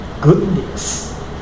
goodness